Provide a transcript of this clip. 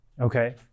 okay